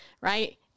Right